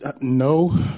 No